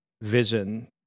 vision